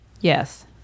Yes